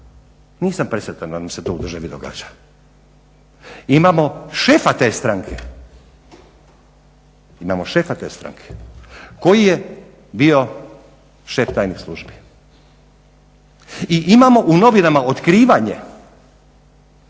Nisam presretan da nam se to u državi događa. Imamo šefa te stranke koji je bio šef tajnih službi i imamo u novinama otkrivanje